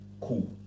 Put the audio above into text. Cool